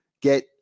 get